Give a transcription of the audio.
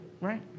Right